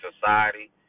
society